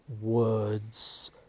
words